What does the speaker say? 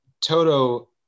Toto